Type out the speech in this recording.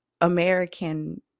american